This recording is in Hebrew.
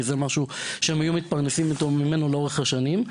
זה משהו שהן היו מתפרנסות ממנו לאורך השנים,